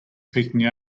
peeking